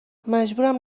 مجبورم